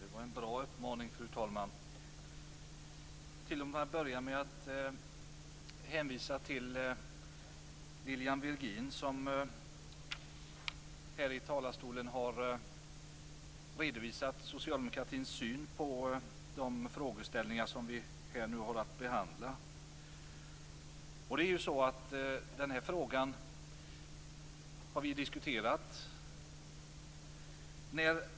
Fru talman! Tillåt mig att börja med att hänvisa till Lilian Virgin som här i talarstolen har redovisat socialdemokratins syn på de frågeställningar som vi nu har att behandla. Det är ju så att den här frågan har vi diskuterat.